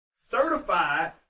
certified